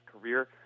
career